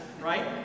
right